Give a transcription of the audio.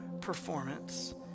performance